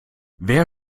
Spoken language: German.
wer